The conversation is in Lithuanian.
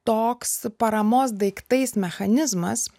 toks paramos daiktais mechanizmas